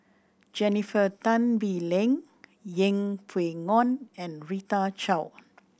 Jennifer Tan Bee Leng Yeng Pway Ngon and Rita Chao